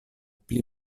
pli